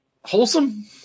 wholesome